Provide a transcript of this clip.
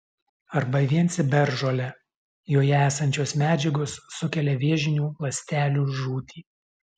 arba vien ciberžole joje esančios medžiagos sukelia vėžinių ląstelių žūtį